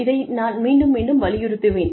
இதை நான் மீண்டும் மீண்டும் வலியுறுத்துவேன்